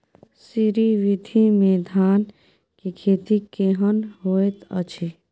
श्री विधी में धान के खेती केहन होयत अछि?